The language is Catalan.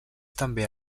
també